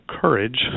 courage